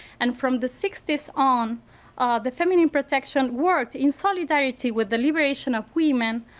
and from the sixty s on the feminine protection work in solidarity with the liberation of women